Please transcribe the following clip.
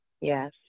Yes